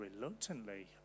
reluctantly